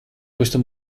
questo